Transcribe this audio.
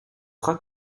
fera